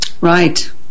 Right